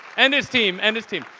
and, his team, and his team.